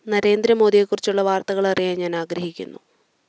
നരേന്ദ്ര മോദിയെക്കുറിച്ചുള്ള വാർത്തകളറിയാൻ ഞാൻ ആഗ്രഹിക്കുന്നു